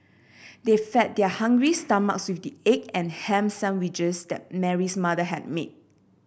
they fed their hungry stomachs with the egg and ham sandwiches that Mary's mother had made